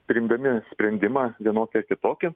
priimdami sprendimą vienokį ar kitokį